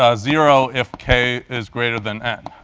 ah zero if k is greater than n.